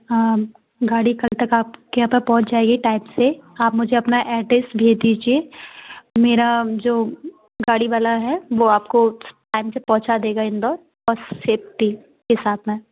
हाँ गाड़ी कल तक आपके यहाँ पे पहुँच जाएगी टाइम से आप मुझे अपना एड्रेस भेज दीजिए मेरा जो गाड़ी वाला है वो आपको टाइम से पहुँचा देगा इंदोर और सेप्टी के साथ मैम